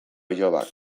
bilobak